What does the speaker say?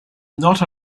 not